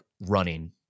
running